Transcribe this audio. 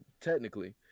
technically